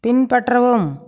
பின்பற்றவும்